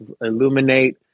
illuminate